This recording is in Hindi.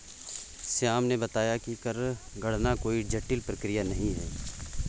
श्याम ने बताया कि कर गणना कोई जटिल प्रक्रिया नहीं है